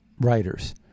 writers